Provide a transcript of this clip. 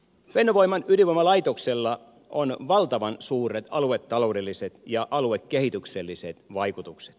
fennovoiman ydinvoimalaitoksella on valtavan suuret aluetaloudelliset ja aluekehitykselliset vaikutukset